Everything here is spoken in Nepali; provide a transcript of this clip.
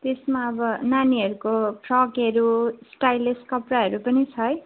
त्यसमा अब नानीहरूको फ्रकहरू स्टाइलिस कपडाहरू पनि छ है